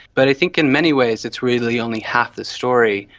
but i think in many ways it's really only half the story.